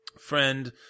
friend